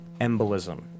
Embolism